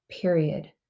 period